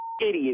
idiot